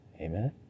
amen